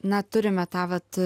na turime tą vat